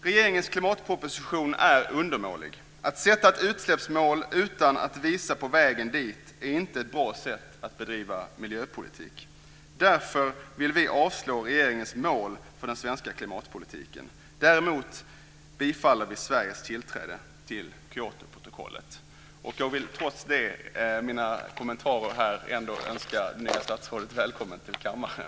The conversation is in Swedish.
Regeringens klimatproposition är undermålig. Att sätta ett utsläppsmål utan att visa på vägen dit är inte ett bra sätt att bedriva miljöpolitik. Därför vill vi avslå regeringens mål för den svenska klimatpolitiken. Däremot tillstyrker vi Sveriges tillträde till Kyotoprotokollet. Jag vill trots mina kommentarer här hälsa nya statsrådet välkommen till kammaren.